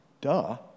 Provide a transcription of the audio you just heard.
Duh